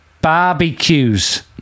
Barbecues